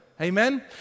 Amen